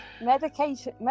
medication